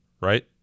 right